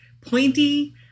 pointy